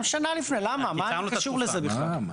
גם שנה לפני, למה, מה זה קשור לזה בכלל.